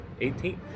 18th